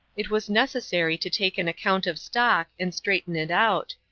it was necessary to take an account of stock, and straighten it out.